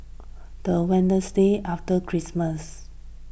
the Wednesday after Christmas